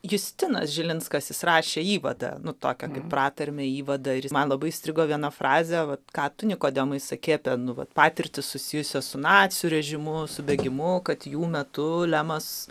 justinas žilinskas jis rašė įvadą nutuokia kaip pratarmę įvadą ir ji man labai įstrigo viena fraze va ką tu nikodemai sakei apie nuolat patirtį susijusią su nacių režimu subėgimu kad jų metu lemas